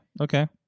okay